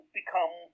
become